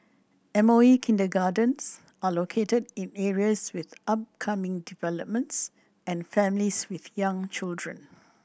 M O E kindergartens are located in areas with upcoming developments and families with young children